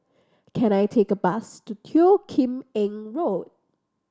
can I take a bus to Teo Kim Eng Road